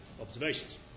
observations